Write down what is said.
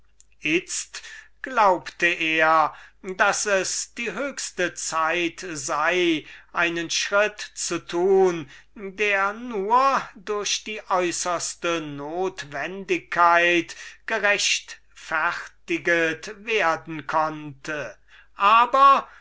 glaubte er daß es die höchste zeit sei einen schritt zu tun der nur durch die äußerste notwendigkeit gerechtfertiget werden konnte aber